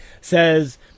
says